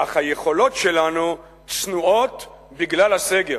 אך היכולות שלנו צנועות בגלל הסגר.